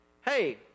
Hey